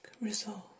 resolve